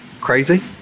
crazy